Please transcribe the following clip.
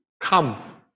Come